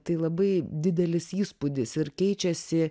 tai labai didelis įspūdis ir keičiasi